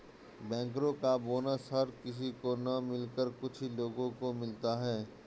बैंकरो का बोनस हर किसी को न मिलकर कुछ ही लोगो को मिलता है